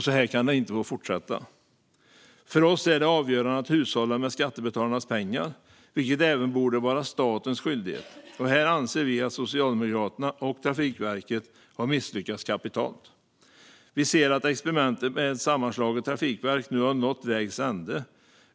Så kan det inte få fortsätta. För oss är det avgörande att hushålla med skattebetalarnas pengar, vilket även borde vara statens skyldighet. Här anser vi att Socialdemokraterna och Trafikverket har misslyckats kapitalt. Vi anser att experimentet med ett sammanslaget trafikverk nu har nått vägs ände.